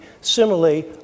Similarly